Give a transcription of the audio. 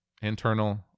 internal